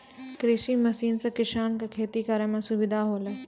कृषि मसीन सें किसान क खेती करै में सुविधा होलय